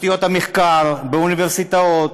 בתשתיות המחקר, באוניברסיטאות.